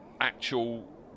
actual